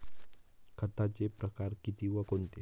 खताचे प्रकार किती व कोणते?